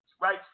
right